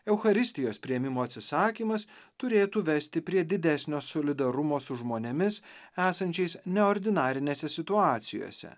eucharistijos priėmimo atsisakymas turėtų vesti prie didesnio solidarumo su žmonėmis esančiais neordinarinėse situacijose